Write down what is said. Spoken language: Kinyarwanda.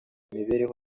imibereho